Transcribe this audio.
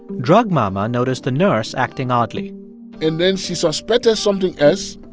drug mama noticed the nurse acting oddly and then she suspected something else.